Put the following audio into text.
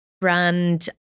brand